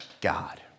God